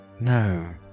no